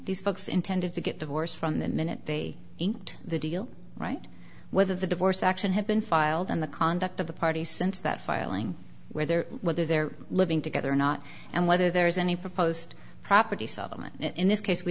these folks intended to get divorced from the minute they inked the deal right whether the divorce action had been filed in the conduct of the parties since that filing where there whether they're living together or not and whether there is any proposed property settlement in this case we